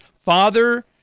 father